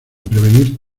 prevenir